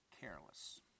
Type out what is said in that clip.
careless